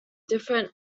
different